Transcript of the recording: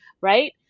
right